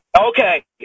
Okay